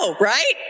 right